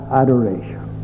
adoration